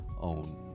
own